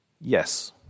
Yes